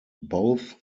both